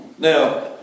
Now